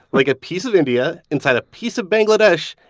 like a piece of india inside a piece of bangladesh,